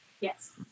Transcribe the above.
Yes